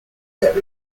that